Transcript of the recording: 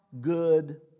good